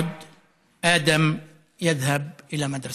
ואדם לא חזר אל בית ספרו.